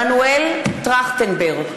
(קוראת בשם חבר הכנסת) מנואל טרכטנברג,